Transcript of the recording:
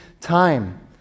time